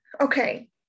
okay